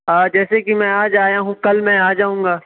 جیسے کہ میں آج آیا ہوں کل میں آ جاؤں گا